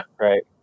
right